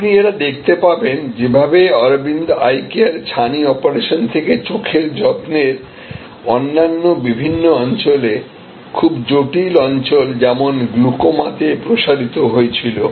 আপনি এটি দেখতে পাবেন যেভাবে অরবিন্দ আই কেয়ার ছানি অপারেশন থেকে চোখের যত্নের অন্যান্য বিভিন্ন অঞ্চলেখুব জটিল অঞ্চল যেমন গ্লুকোমা তে প্রসারিত হয়েছিল